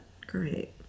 Great